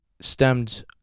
stemmed